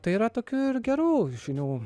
tai yra tokių ir gerų žinių